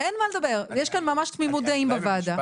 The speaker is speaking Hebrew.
כאן ממש תמימות דעים בוועדה.